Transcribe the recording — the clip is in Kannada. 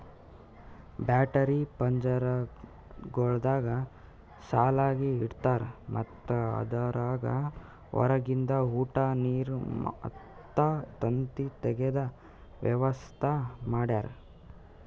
ಬ್ಯಾಟರಿ ಪಂಜರಗೊಳ್ದಾಗ್ ಸಾಲಾಗಿ ಇಡ್ತಾರ್ ಮತ್ತ ಅದುರಾಗ್ ಹೊರಗಿಂದ ಉಟ, ನೀರ್ ಮತ್ತ ತತ್ತಿ ತೆಗೆದ ವ್ಯವಸ್ತಾ ಮಾಡ್ಯಾರ